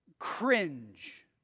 cringe